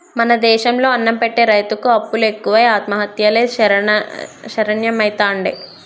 మన దేశం లో అన్నం పెట్టె రైతుకు అప్పులు ఎక్కువై ఆత్మహత్యలే శరణ్యమైతాండే